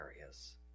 areas